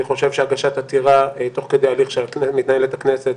אני חושב שהגשת עתירה תוך כדי הליך שמתנהל בכנסת,